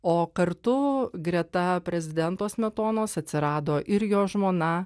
o kartu greta prezidento smetonos atsirado ir jo žmona